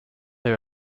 they